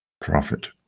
profit